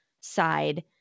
side